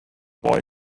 boy